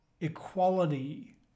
equality